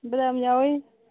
ꯕꯗꯥꯝ ꯌꯥꯎꯏ